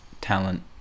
talent